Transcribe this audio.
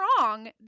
wrong